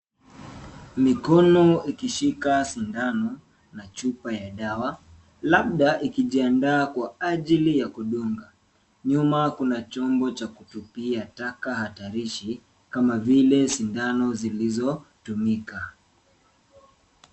Mikono ikishika sindano na chupa ya dawa labda ikijiandaa kwa ajili ya kudunga. Nyuma kuna chombo cha kutupia taka hatarishi kama vile sindano zilizotumika.